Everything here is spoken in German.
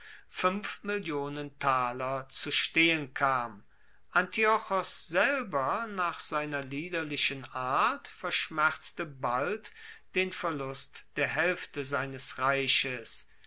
zu stehen kam antiochos selber nach seiner liederlichen art verschmerzte bald den verlust der haelfte seines reiches